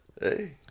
Hey